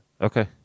okay